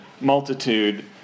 multitude